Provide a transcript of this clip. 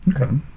Okay